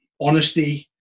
honesty